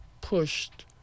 pushed